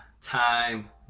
time